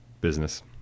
Business